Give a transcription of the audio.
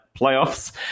playoffs